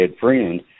Friend